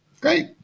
Great